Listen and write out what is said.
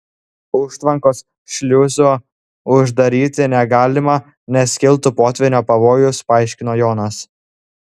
užtvankos šliuzų uždaryti negalima nes kiltų potvynio pavojus paaiškino jonas